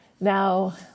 Now